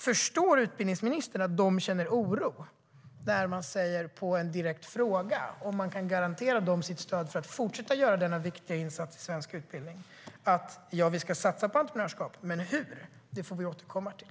Förstår utbildningsministern att de känner oro när man på en direkt fråga om man kan garantera dem sitt stöd för att fortsätta göra denna viktiga insats i svensk utbildning svarar: Ja, vi ska satsa på entreprenörskap, men hur får vi återkomma till?